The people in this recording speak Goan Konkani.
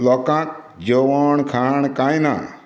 लोकांक जेवण खाण कांय ना